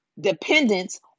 dependence